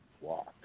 Walk